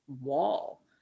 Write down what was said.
wall